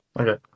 Okay